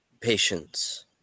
Patience